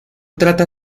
trata